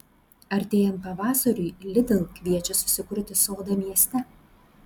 artėjant pavasariui lidl kviečia susikurti sodą mieste